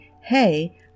hey